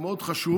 הוא מאוד חשוב,